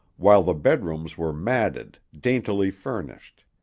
while the bedrooms were matted, daintily furnished,